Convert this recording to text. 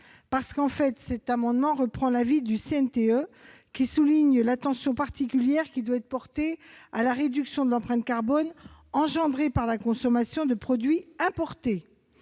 Lienemann. Cet amendement vise à reprendre l'avis du CNTE, qui souligne l'attention particulière devant être portée à la réduction de l'empreinte carbone engendrée par la consommation de produits importés.